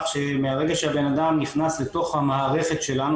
שמהרגע שהבנאדם נכנס לתוך המערכת שלנו,